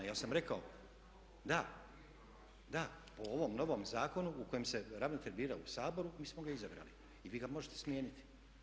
Ja sam rekao da o ovom novom zakonu u kojem se ravnatelj bira u Saboru mi smo ga izabrali i vi ga možete smijeniti.